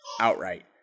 outright